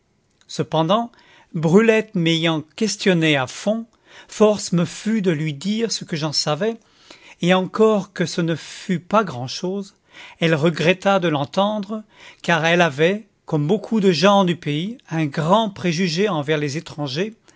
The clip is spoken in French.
cependant brulette m'ayant questionné à fond force me fut de lui dire ce que j'en savais et encore que ce ne fût pas grand'chose elle regretta de l'entendre car elle avait comme beaucoup de gens du pays un grand préjugé contre les étrangers